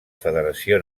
federació